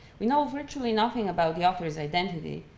we know virtually nothing about the author's identity,